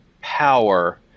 power